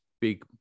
big